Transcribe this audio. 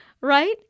right